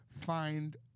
find